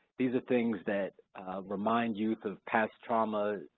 these are things that remind youth of past trauma,